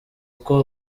uko